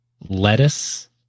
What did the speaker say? lettuce